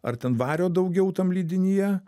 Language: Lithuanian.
ar ten vario daugiau tam lydinyje